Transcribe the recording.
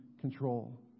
control